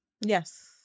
Yes